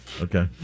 Okay